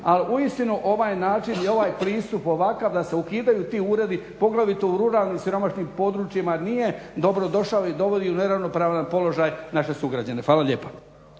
Ali uistinu ovaj način i ovaj pristup ovakav da se ukidaju ti uredi poglavito u ruralnim siromašnim područjima jer nije dobro došao i dovodi u neravnopravan položaj naše sugrađane. Fala lijepa.